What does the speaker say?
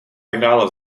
vyhrála